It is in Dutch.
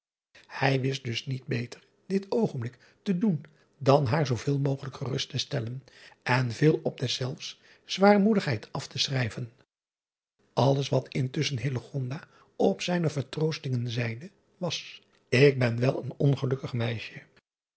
ij wist dus niet beter dit oogenblik te doen dan haar zooveel mogelijk gerust te stellen en veel op deszelfs zwaarmoedigheid af te schrijven lles wat instusschen op zijne vertroostingen zeide was k ben wel een ongelukkig meisje